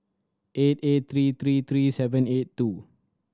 eight eight three three three seven eight two